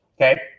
Okay